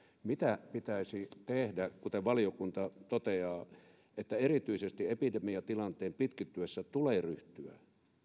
mitä pitäisi tehdä kuten valiokunta toteaa erityisesti epidemiatilanteen pitkittyessä tulee ryhtyä